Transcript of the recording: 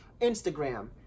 Instagram